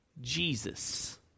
Jesus